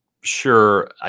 sure